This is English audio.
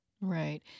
Right